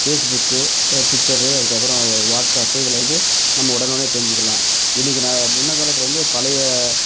Facebook Twitter அதுக்கப்புறம் WhatsApp இதில் வந்து நம்ம உடனே உடனே தெரிஞ்சிக்கலாம் இன்னக்கு நான் முன்னே காலத்தில் வந்து பழைய